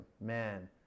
man